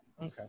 Okay